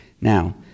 now